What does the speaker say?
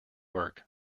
work